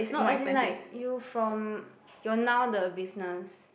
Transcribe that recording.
no as in like you from your now the business